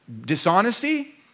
dishonesty